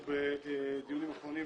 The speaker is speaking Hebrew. אנחנו בדיונים אחרונים,